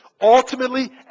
ultimately